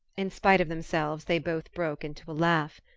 in spite of themselves they both broke into a laugh.